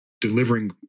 delivering